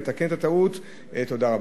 לתקן את הטעות תודה רבה.